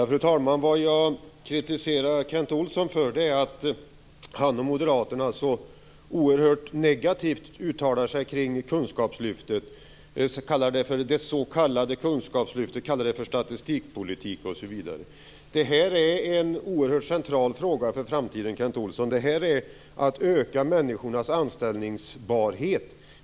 Fru talman! Jag kritiserar Kent Olsson för att han och moderaterna uttalar sig så oerhört negativt om kunskapslyftet. De kallar det för det s.k. kunskapslyftet och för statistikpolitik osv. Det här är en oerhört central fråga för framtiden, Kent Olsson. Detta innebär att man ökar människornas anställningsbarhet.